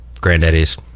granddaddy's